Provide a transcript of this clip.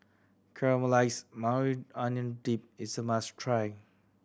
Caramelized Maui Onion Dip is a must try